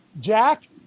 Jack